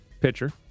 pitcher